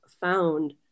Found